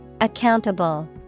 Accountable